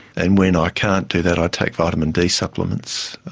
and when ah i can't do that i take vitamin d supplements,